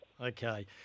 Okay